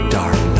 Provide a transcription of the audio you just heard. dark